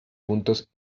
puntos